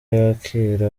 yakire